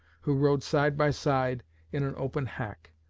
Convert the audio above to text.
who rode side by side in an open hack.